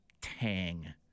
tang